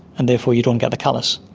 and therefore you don't get the callus.